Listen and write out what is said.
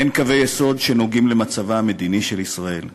אין קווי יסוד שנוגעים למצבה המדיני של ישראל,